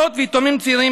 אלמנות ויתומים צעירים,